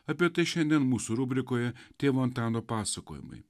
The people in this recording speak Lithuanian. apie tai šiandien mūsų rubrikoje tėvo antano pasakojimai